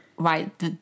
Right